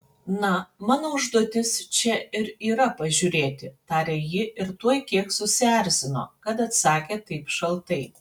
na mano užduotis čia ir yra pažiūrėti tarė ji ir tuoj kiek susierzino kad atsakė taip šaltai